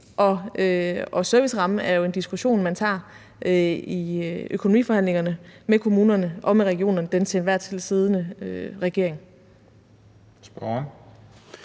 om servicerammen er jo en diskussion, man tager i økonomiforhandlingerne med kommunerne og med regionerne og den til enhver tid siddende regering.